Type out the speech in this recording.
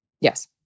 Yes